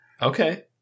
Okay